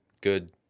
good